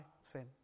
sin